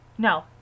No